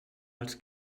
els